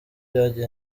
yari